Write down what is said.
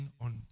on